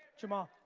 jamal.